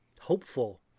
hopeful